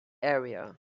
area